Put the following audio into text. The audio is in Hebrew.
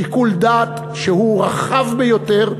שיקול דעת שהוא רחב ביותר,